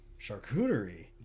charcuterie